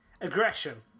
Aggression